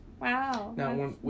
Wow